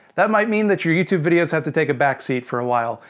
that might mean, that your youtube videos have to take a backseat for a while.